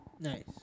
Nice